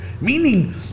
Meaning